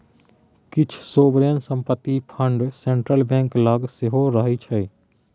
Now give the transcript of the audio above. किछ सोवरेन संपत्ति fund central bank लग सेहो रहय छै